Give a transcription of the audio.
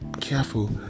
careful